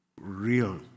real